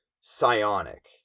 Psionic